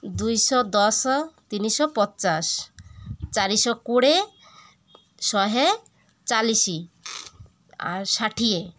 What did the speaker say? ଦୁଇଶହ ଦଶ ତିନିଶହ ପଚାଶ ଚାରିଶହ କୋଡ଼ିଏ ଶହେ ଚାଳିଶ ଆଉ ଷାଠିଏ